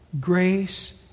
Grace